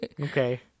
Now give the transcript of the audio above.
Okay